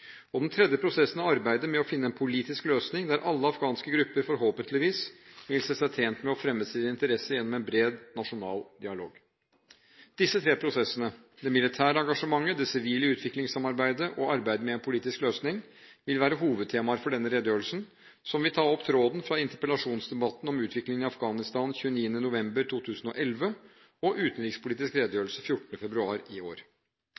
Den tredje prosessen er arbeidet med å finne en politisk løsning, der alle afghanske grupper forhåpentligvis vil se seg tjent med å fremme sine interesser gjennom en bred nasjonal dialog. Disse tre prosessene – det militære engasjementet, det sivile utviklingssamarbeidet og arbeidet med en politisk løsning – vil være hovedtemaer for denne redegjørelsen, som vil ta opp tråden fra interpellasjonsdebatten om utviklingen i Afghanistan 29. november 2011 og utenrikspolitisk redegjørelse 14. februar i år.